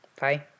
Bye